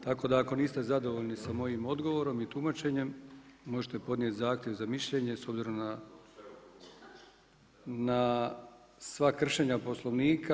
Tako da ako niste zadovoljni sa mojim odgovorom i tumačenjem možete podnijeti zahtjev za mišljenje s obzirom na sva kršenja Poslovnika.